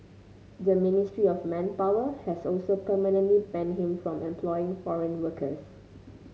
the Ministry of Manpower has also permanently banned him from employing foreign workers